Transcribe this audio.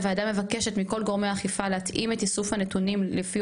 הוועדה מבקשת מכל גורמי האכיפה להתאים את איסוף הנתונים לפי